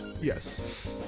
Yes